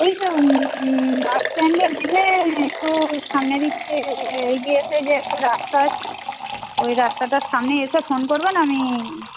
ওই হুম বাসস্ট্যান্ডে নেমে একটু সামনে দিকে এগিয়ে এসে যে একটা রাস্তা আছে ওই রাস্তাটার সামনে এসে ফোন করবেন আমি